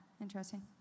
interesting